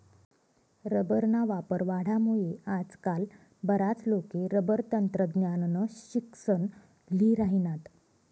रबरना वापर वाढामुये आजकाल बराच लोके रबर तंत्रज्ञाननं शिक्सन ल्ही राहिनात